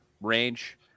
range